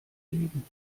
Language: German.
leben